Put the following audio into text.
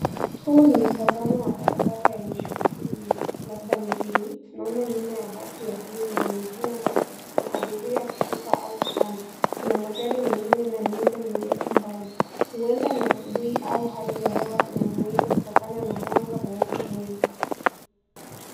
Huu ni mtazamo wa bara bara yenye shughuli nyingi labda mjini tunaona nyuma ya basi la buluu lenye jina makos na abiria akiishuka au kupanda kuna magari mengine ina miundo mirefu mbali huenda ni asubuhi au hali ya hewa ina mawingu kutokana na mwanga mweupe mwingi.